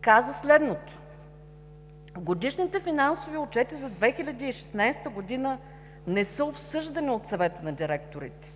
каза следното: „Годишните финансови отчети за 2016 г. не са обсъждани от Съвета на директорите“,